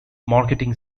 marketing